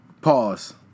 Pause